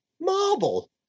Marble